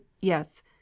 Yes